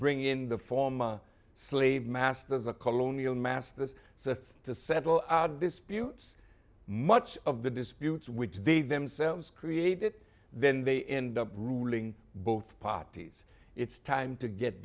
bring in the former slave masters a colonial masters so as to settle disputes much of the disputes which they themselves created then they end up ruling both parties it's time to get